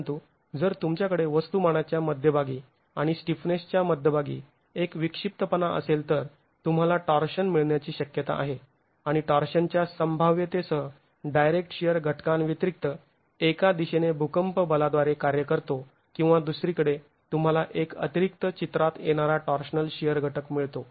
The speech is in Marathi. परंतु जर तुमच्याकडे वस्तुमानाच्या मध्यभागी आणि स्टिफनेसच्या मध्यभागी एक विक्षिप्तपणा असेल तर तुम्हाला टॉर्शन मिळण्याची शक्यता आहे आणि टॉर्शनच्या संभाव्यतेसह डायरेक्ट शिअर घटकांव्यतिरीक्त एका दिशेने भूकंप बलाद्वारे कार्य करतो किंवा दुसरीकडे तुंम्हाला एक अतिरिक्त चित्रात येणारा टॉर्शनल शिअर घटक मिळतो